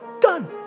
Done